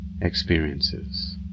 Experiences